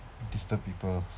disturb people